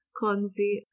clumsy